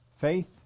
Faith